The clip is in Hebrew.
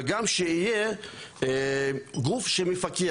וגם שיהיה גוף שמפקח.